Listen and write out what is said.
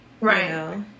Right